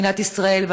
מדינת ישראל,